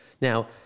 Now